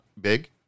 Big